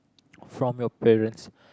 from your parents